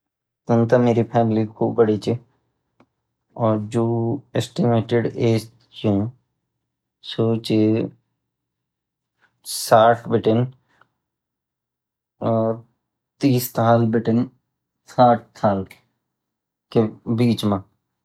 तंत मेरी फॅमिली खूब बड़ी चे और जो एस्टिमेटेड ऐज हैं सो च साठ बिटन और तीस साल बितान साठ साल के बीच मां